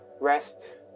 rest